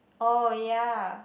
oh ya